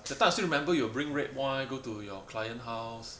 that time I still remember you bring red wine go to your client house